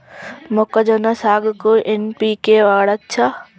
మొక్కజొన్న సాగుకు ఎన్.పి.కే వాడచ్చా?